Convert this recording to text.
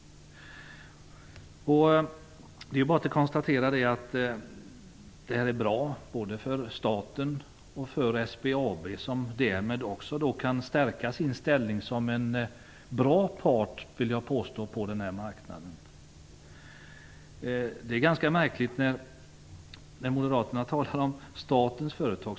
Det är bara att konstatera att detta är bra, både för staten och för SBAB, som därmed också kan stärka sin ställning som en, vill jag påstå, bra part på denna marknad. Moderaterna talar om statens företag.